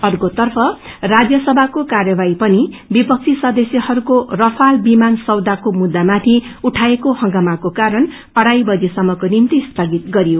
अर्कोतर्फ राज्यसमाको कार्यवाही पनिविपबी सदस्यहरूको रफाल विमान सौदा को मुद्दामाथि उठाइएको हंगामाको कारण अड़ाई बजीसम्मको निम्ति स्थगित गरियो